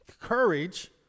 courage